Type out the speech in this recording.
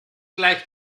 gleich